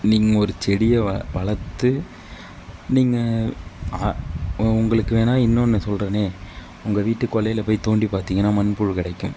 நீங்கள் ஒரு செடியை வளர்த்து நீங்கள் உங்களுக்கு வேணா இன்னொன்று சொல்கிறனே உங்கள் வீட்டு கொல்லையில் போய் தோண்டி பார்த்திங்கன்னா மண்புழு கிடைக்கும்